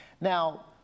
Now